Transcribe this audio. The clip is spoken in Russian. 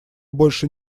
больше